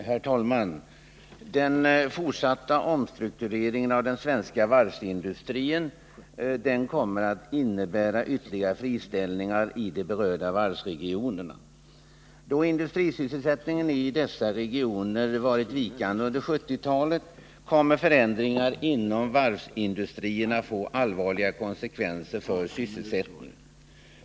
Herr talman! Den fortsatta omstruktureringen av den svenska varvsindustrin kommer att innebära ytterligare friställningar i de berörda varvsregionerna. Då industrisysselsättningen i dessa regioner varit vikande under 1970-talet kommer förändringarna inom varvsindustrin att få allvarliga konsekvenser för sysselsättningen.